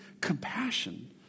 compassion